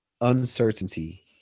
uncertainty